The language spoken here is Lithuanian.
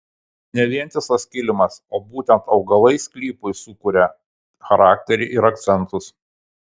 ne vientisas kilimas o būtent augalai sklypui sukuria charakterį ir akcentus